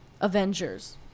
Avengers